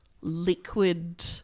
liquid